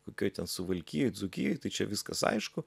kokioj ten suvalkijoj dzūkijoj tai čia viskas aišku